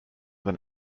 than